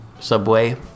subway